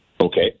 Okay